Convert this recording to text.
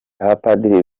abapadiri